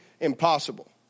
impossible